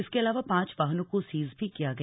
इसके अलावा पांच वाहनों को सीज भी किया गया